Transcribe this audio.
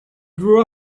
grew